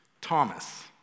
Thomas